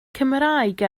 cymraeg